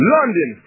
London